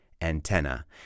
antenna